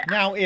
Now